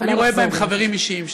אני רואה בהם חברים אישיים שלי,